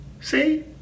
See